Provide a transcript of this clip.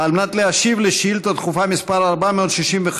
על מנת להשיב על שאילתה דחופה מס' 465,